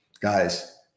Guys